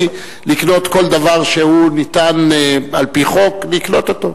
לקנות כל דבר שאפשר על-פי חוק לקנות אותו.